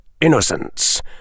innocence